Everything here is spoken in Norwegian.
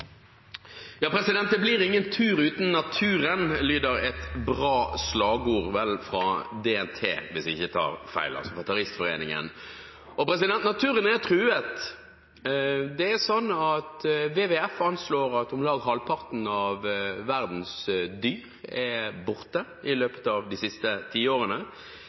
Det blir ingen tur uten natur, lyder et bra slagord, fra Den Norske Turistforening – DNT – hvis jeg altså ikke tar feil. Naturen er truet. Det er sånn at WWF anslår at om lag halvparten av verdens dyr er blitt borte i løpet av de siste